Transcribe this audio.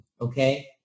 Okay